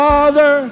Father